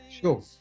Sure